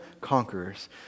conquerors